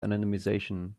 anonymisation